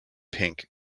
pink